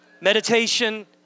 Meditation